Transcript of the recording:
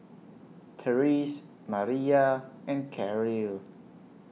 Terese Mariyah and Karyl